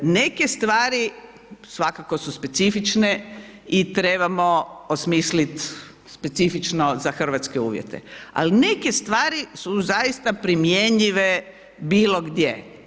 Neke stvari svakako su specifične i trebamo osmislit specifično za hrvatske uvjete, ali neke stvari su zaista primjenljive bilo gdje.